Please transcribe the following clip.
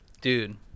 Dude